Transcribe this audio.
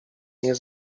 nie